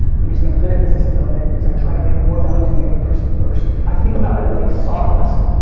the reason i'm good at business development is i try to bring more value to the other person first. i think about it like sawdust,